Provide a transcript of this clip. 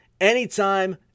anytime